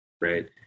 right